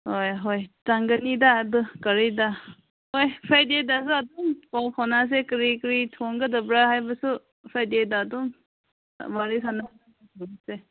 ꯍꯣꯏ ꯍꯣꯏ ꯆꯟꯒꯅꯤꯗ ꯑꯗꯨ ꯒꯥꯔꯤꯗ ꯍꯣꯏ ꯐ꯭ꯔꯥꯏꯗꯦꯗꯁꯨ ꯑꯗꯨꯝ ꯄꯥꯎ ꯐꯥꯎꯅꯁꯤ ꯀꯔꯤ ꯀꯔꯤ ꯊꯣꯡꯒꯗꯕ꯭ꯔꯥ ꯍꯥꯏꯕꯁꯨ ꯐ꯭ꯔꯥꯏꯗꯦꯗ ꯑꯗꯨꯝ ꯋꯥꯔꯤ ꯁꯥꯟꯅꯁꯦ